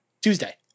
Tuesday